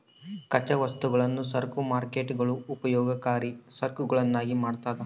ಕಚ್ಚಾ ವಸ್ತುಗಳನ್ನು ಸರಕು ಮಾರ್ಕೇಟ್ಗುಳು ಉಪಯೋಗಕರಿ ಸರಕುಗಳನ್ನಾಗಿ ಮಾಡ್ತದ